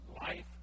life